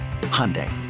Hyundai